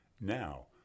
Now